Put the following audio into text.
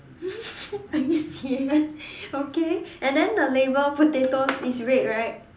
I guess ya okay and then the label of potato is red right